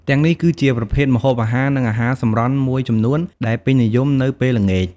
ទាំងនេះគឺជាប្រភេទម្ហូបអាហារ និងអាហារសម្រន់មួយចំនួនដែលពេញនិយមនៅពេលល្ងាច ។